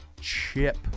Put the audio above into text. chip